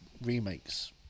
remakes